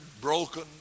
broken